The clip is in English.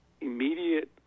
immediate